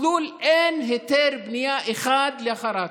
תלול אין היתר בנייה אחד לאחר ההכרה.